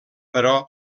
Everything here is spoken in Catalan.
però